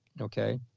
okay